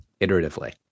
iteratively